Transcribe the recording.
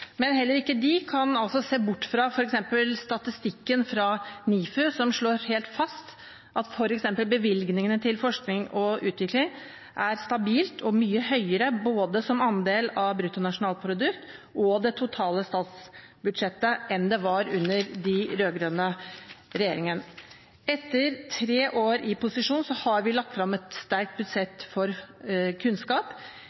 men heller ikke de kan se bort fra f.eks. statistikken fra NIFU, som slår fast at f.eks. bevilgningene til forskning og utvikling er stabile og mye høyere både som andel av bruttonasjonalproduktet og av det totale statsbudsjettet enn de var under den rød-grønne regjeringen. Etter tre år i posisjon har vi lagt frem et sterkt